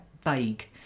vague